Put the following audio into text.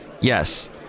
Yes